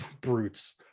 Brutes